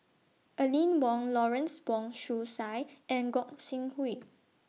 Aline Wong Lawrence Wong Shyun Tsai and Gog Sing Hooi